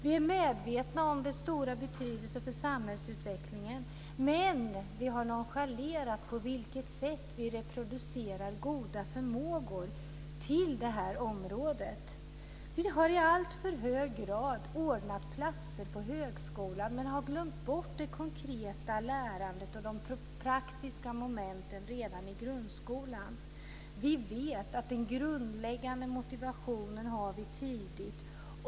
Vi är medvetna om deras stora betydelse för samhällsutvecklingen, men vi har nonchalerat reproduktionen av goda förmågor till detta område. Vi har i alltför hög grad ordnat platser på högskolan, men vi har glömt bort det konkreta lärandet och de praktiska momenten redan i grundskolan. Vi vet att den grundläggande motivationen kommer tidigt.